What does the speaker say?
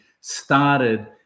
started